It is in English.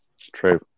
True